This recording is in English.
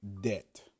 debt